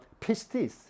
pistis